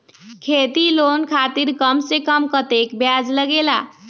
खेती लोन खातीर कम से कम कतेक ब्याज लगेला?